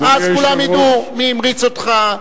ואז כולם ידעו מי המריץ אותך,